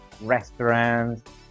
restaurants